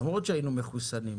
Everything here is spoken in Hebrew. למרות שהיינו מחוסנים.